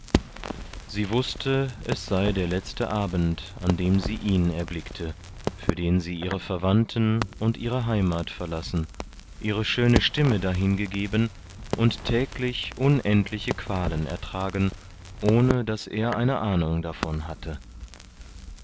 sie wußte es sei der letzte abend an dem sie ihn erblickte für den sie ihre verwandten und ihre heimat verlassen ihre schöne stimme dahingegeben und täglich unendliche qualen ertragen ohne daß er eine ahnung davon hatte